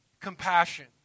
compassion